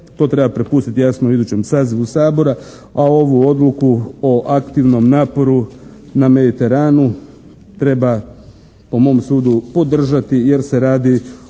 to treba prepustiti jasno idućem sazivu Sabora, a ovu odluku o aktivnom naporu na Mediteranu treba po mom sudu podržati jer se radi